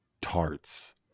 tarts